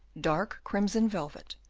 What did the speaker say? dark crimson velvet,